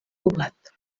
poblat